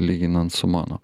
lyginant su mano